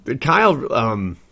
Kyle –